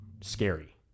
scary